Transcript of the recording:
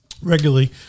regularly